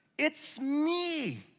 it's me.